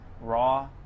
raw